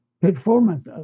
Performance